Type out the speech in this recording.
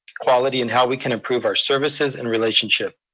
equality, and how we can improve our services and relationship.